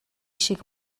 шиг